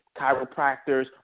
chiropractors